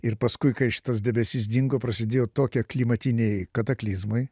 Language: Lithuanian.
ir paskui kai šitas debesis dingo prasidėjo tokie klimatiniai kataklizmai